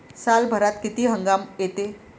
सालभरात किती हंगाम येते?